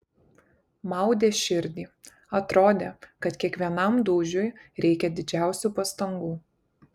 maudė širdį atrodė kad kiekvienam dūžiui reikia didžiausių pastangų